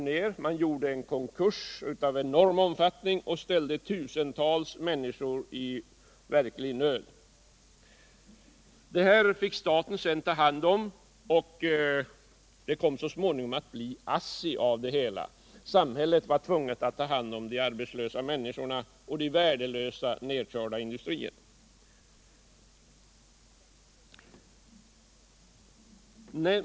Det gjorde en konkurs av enorm omfattning och ställde tusentals människor i verklig nöd. Det företaget fick staten sedan ta hand om, och det kom så småningom att bli ASSI. Samhället var tvunget att ta hand om de arbetslösa människorna och de värdelösa nedkörda industrierna.